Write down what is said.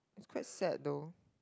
its quite sad though